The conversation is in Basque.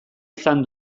izan